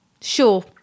Sure